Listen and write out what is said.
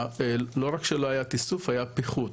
לא רק שלא היה תיסוף היה פיחות,